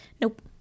Nope